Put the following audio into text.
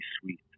sweet